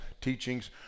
teachings